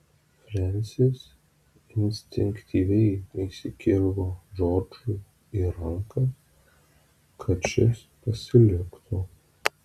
frensis instinktyviai įsikibo džordžui į ranką kad šis pasiliktų